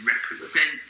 represent